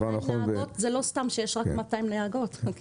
לא סתם יש רק 200 נהגות.